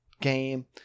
game